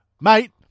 Mate